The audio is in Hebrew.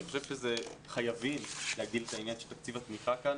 אני חושב שחייבים להגדיל את העניין של תקציב התמיכה כאן,